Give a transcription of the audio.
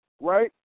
right